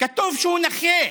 כתוב שהוא נכה,